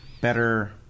better